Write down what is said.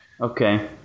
Okay